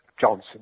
Johnson